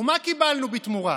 ומה קיבלנו בתמורה?